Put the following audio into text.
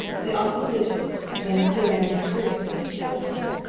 they all saluted then, staring at her curiously, told her.